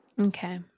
Okay